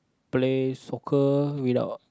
play soccer without